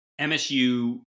MSU